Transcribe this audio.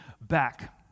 back